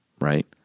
Right